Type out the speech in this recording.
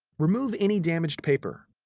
remove any damaged paper.